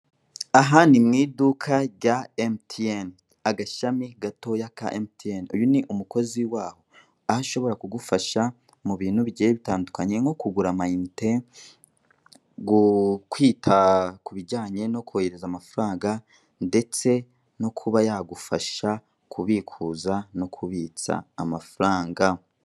Aha ni mwiduka rya MTN agashami gatoya ka MTN uyu ni umukozi waho aho ashobora kugufasha mu bintu bigiye bitandukanye nko kugura ama inite gu kwita kubijyanye no kwohereza amafaranga ndetse no kuba yagufasha kubikuza no kubitsa amafaranga.